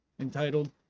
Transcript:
entitled